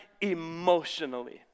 emotionally